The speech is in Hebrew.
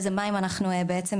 אילו מים אנחנו שותים,